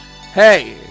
Hey